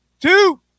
Two